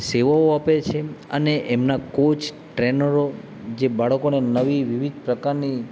સેવાઓ આપે છે અને એમના કોચ ટ્રેનરો જે બાળકોને નવી વિવિધ પ્રકારની